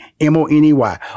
M-O-N-E-Y